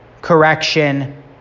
correction